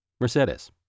Mercedes